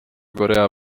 korea